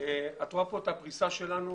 את רואה כאן את הפריסה שלנו.